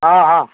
ହଁ ହଁ